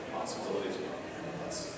possibilities